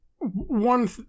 One